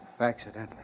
accidentally